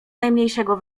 najmniejszego